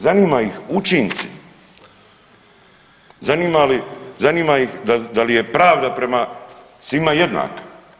Zanima ih učinci, zanima ih da li je pravda prema svima jednaka.